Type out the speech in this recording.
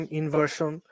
inversion